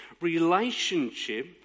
relationship